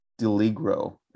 deligro